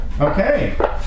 Okay